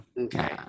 Okay